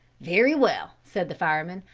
very well, said the fireman,